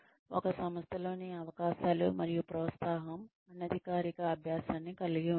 ఒక సంస్థలోని అవకాశాలు మరియు ప్రోత్సాహం అనధికారిక అభ్యాసాన్ని కలిగి ఉంటాయి